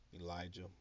Elijah